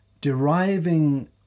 deriving